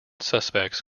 suspects